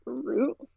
root